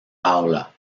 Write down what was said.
paula